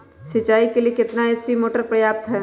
सिंचाई के लिए कितना एच.पी मोटर पर्याप्त है?